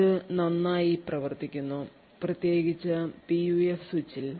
ഇത് നന്നായി പ്രവർത്തിക്കുന്നു പ്രത്യേകിച്ച് PUF സ്വിച്ചിൽ